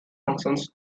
functions